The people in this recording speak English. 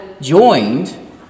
joined